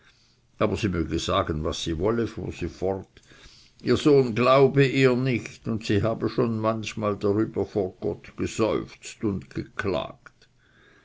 aber sie möge sagen was sie wolle fuhr sie fort der sohn glaube ihr nicht sie habe schon manchmal darüber vor gott geseufzt und geklagt